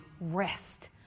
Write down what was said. rest